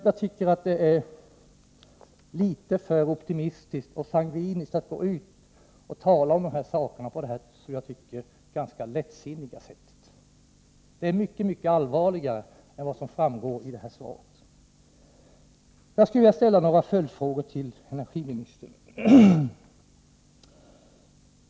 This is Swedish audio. Jag tycker det är litet för optimistiskt och sangviniskt att gå ut och tala om de här frågorna på detta enligt min mening ganska lättsinniga sätt. Situationen är mycket allvarligare än den framställs i det här svaret. Jag skulle också vilja ställa några följdfrågor till energiministern.